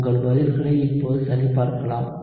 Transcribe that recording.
உங்கள் பதில்களை இப்போது சரிபார்க்கலாம்